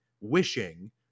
wishing